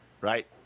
Right